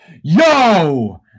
Yo